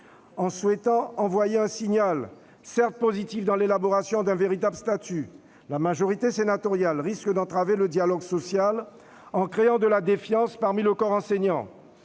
En souhaitant envoyer un signal, certes positif dans l'élaboration d'un véritable statut, la majorité sénatoriale risque d'entraver le dialogue social en créant de la défiance parmi le corps enseignant.